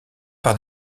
par